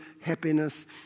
happiness